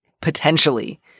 potentially